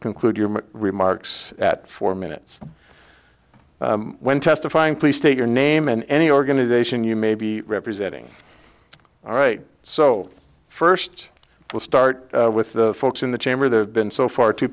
conclude your remarks at four minutes when testifying please state your name and any organization you may be representing all right so first we'll start with the folks in the chamber there have been so far t